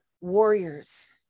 warriors